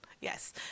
Yes